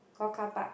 got carpark